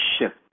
shift